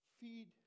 feed